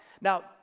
Now